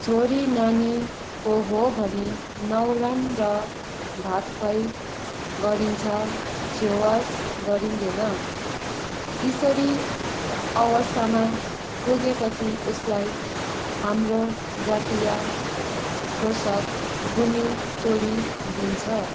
छोरी नानीको हो भने न्वारान र भात खुवाइ गरिन्छ छेवर गरिँदैन किशोरी अवस्थामा पुगेपछि उसलाई हाम्रो जातीय पोसक गुन्युचोली दिइन्छ